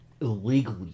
Illegally